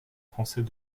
français